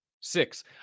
six